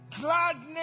gladness